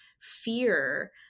fear